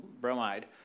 bromide